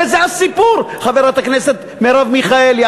הרי זה הסיפור, חברת הכנסת מרב מיכאלי.